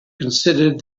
considered